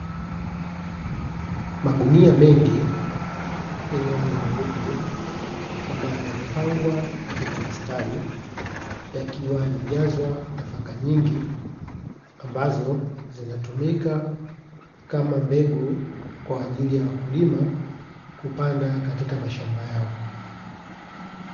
Magunia mengi yenye rangi nyeupe ambayo yamepangwa katika mistari yakiwa yamejazwa nafaka nyingi, ambazo zinatumika kama mbegu kwa ajili ya wakulima kupanda katika mashamba yao.